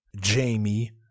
Jamie